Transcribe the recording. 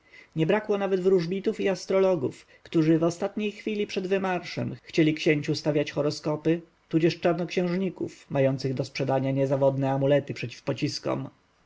nie brakło nawet wróżbitów i astrologów którzy w ostatniej chwili przed wymarszem chcieli księciu stawić horoskopy tudzież czarnoksiężników mających do sprzedania niezawodne amulety przeciw pociskom